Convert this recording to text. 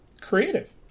Creative